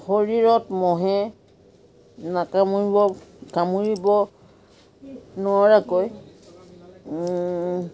শৰীৰত মহে নাকামুৰিব কামুৰিব নোৱাৰাকৈ